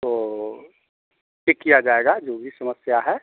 तो ठीक किया जाएगा जो भी समस्या है